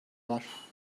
var